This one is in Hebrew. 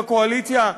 בקואליציה,